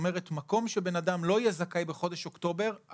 מקום שבן אדם לא יהיה זכאי בחודש אוקטובר,